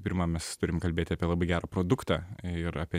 pirma mes turim kalbėti apie labai gerą produktą ir apie